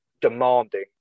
demanding